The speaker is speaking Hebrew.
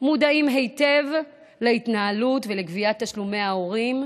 מודעים היטב להתנהלות ולגביית תשלומי ההורים,